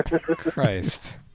Christ